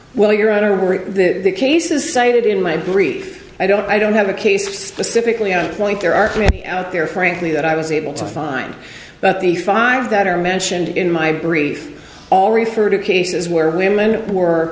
well your honor were the cases cited in my brief i don't i don't have a case specifically on point there are many out there frankly that i was able to find but the five that are mentioned in my brief all refer to cases where women were